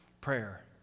Prayer